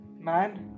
man